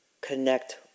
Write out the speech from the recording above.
connect